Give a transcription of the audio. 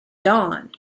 dawn